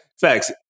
facts